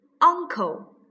uncle